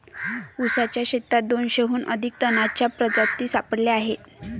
ऊसाच्या शेतात दोनशेहून अधिक तणांच्या प्रजाती सापडल्या आहेत